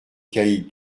caïd